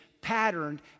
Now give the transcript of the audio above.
patterned